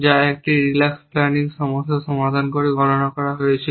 যা একটি relax planning সমস্যা সমাধান করে গণনা করা হয়েছিল